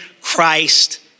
Christ